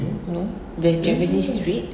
no the japanese street